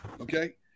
okay